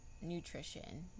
nutrition